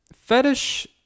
Fetish